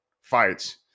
fights